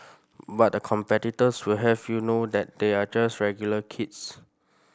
but the competitors will have you know that they are just regular kids